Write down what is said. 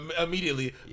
immediately